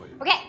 Okay